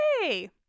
hey